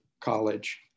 college